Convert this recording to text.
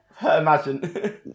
imagine